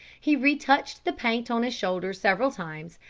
he re-touched the paint on his shoulders several times,